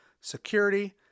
security